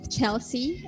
Chelsea